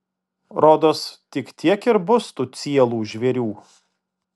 rodos tik tiek ir bus tų cielų žvėrių